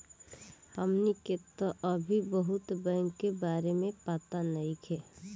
हमनी के तऽ अभी बहुत बैंक के बारे में पाता नइखे